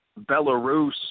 Belarus